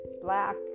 black